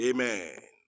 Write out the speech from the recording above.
Amen